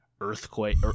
earthquake